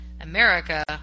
America